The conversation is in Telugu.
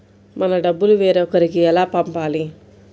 మన డబ్బులు వేరొకరికి ఎలా పంపాలి?